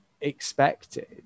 expected